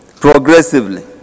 progressively